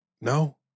No